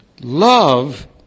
love